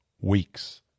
weeks